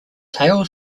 tail